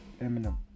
Eminem